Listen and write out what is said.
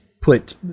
put